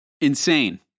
Insane